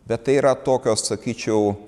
bet tai yra tokios sakyčiau